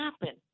happen